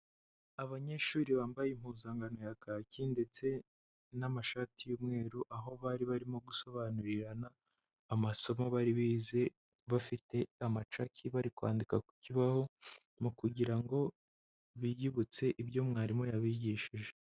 Abanyeshuri bambaye impuzankano ya kaki ndetse n'amashati y'umweru, aho bari barimo gusobanurirana amasomo bari bize, bafite amacaki, bari kwandika ku kibaho, mu kugira ngo biyibutse ibyo mwarimu yabigishije.